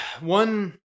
one